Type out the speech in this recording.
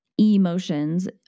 emotions